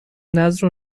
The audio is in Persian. نذر